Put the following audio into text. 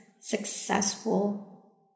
successful